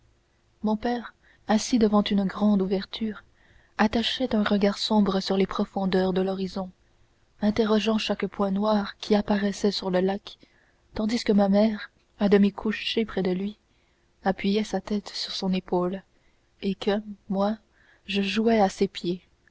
mon père assis devant une grande ouverture attachait un regard sombre sur les profondeurs de l'horizon interrogeant chaque point noir qui apparaissait sur le lac tandis que ma mère à demi couchée près de lui appuyait sa tête sur son épaule et que moi je jouais à ses pieds